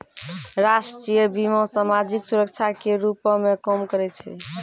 राष्ट्रीय बीमा, समाजिक सुरक्षा के रूपो मे काम करै छै